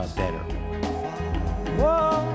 better